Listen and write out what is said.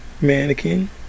Mannequin